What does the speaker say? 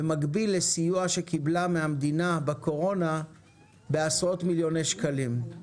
במקביל לסיוע שקיבלה מן המדינה בקורונה של עשרות מיליוני שקלים.